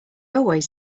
always